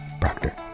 Proctor